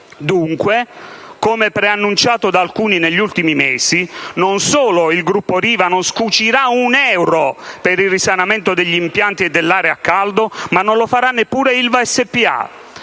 Dunque, come preannunciato da alcuni negli ultimi mesi, non solo il gruppo Riva non scucirà un euro per il risanamento degli impianti e dell'area a caldo, ma non lo farà neppure Ilva SpA.